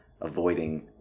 avoiding